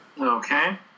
Okay